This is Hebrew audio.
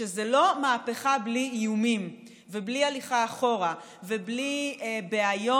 שזו לא מהפכה בלי איומים ובלי הליכה אחורה ובלי בעיות,